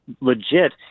legit